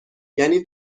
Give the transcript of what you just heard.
یعنی